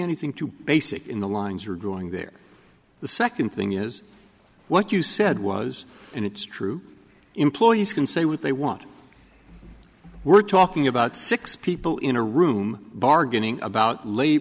anything too basic in the lines you're growing there the second thing is what you said was and it's true employees can say what they want we're talking about six people in a room bargaining about late